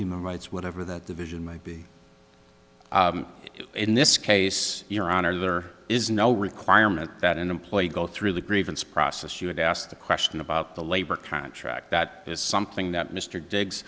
human rights whatever that division might be in this case your honor there is no requirement that an employee go through the grievance process you have asked the question about the labor contract that is something that mr dig